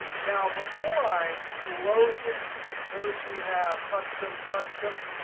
now before i load this, notice we have custom custom,